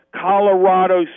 Colorado